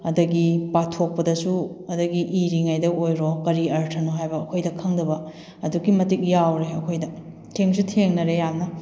ꯑꯗꯒꯤ ꯄꯥꯊꯣꯛꯄꯗꯁꯨ ꯑꯗꯒꯤ ꯏꯔꯤꯉꯩꯗ ꯑꯣꯏꯔꯣ ꯀꯔꯤ ꯑꯔꯊꯅꯣ ꯍꯥꯏꯕ ꯑꯩꯈꯣꯏꯗ ꯈꯪꯗꯕ ꯑꯗꯨꯛꯀꯤ ꯃꯇꯤꯛ ꯌꯥꯎꯔꯦ ꯑꯩꯈꯣꯏꯗ ꯊꯦꯡꯁꯨ ꯊꯦꯡꯅꯔꯦ ꯌꯥꯝꯅ